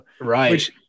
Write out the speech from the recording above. Right